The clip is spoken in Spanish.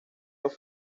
los